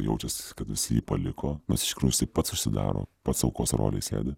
jaučiasi kad visi jį paliko nors iš tikrųjų jisai pats užsidaro pats aukos rolėj sėdi